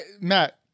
matt